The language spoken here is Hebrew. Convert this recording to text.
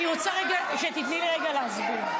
אני רוצה שתיתני לי רגע להסביר.